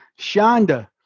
Shonda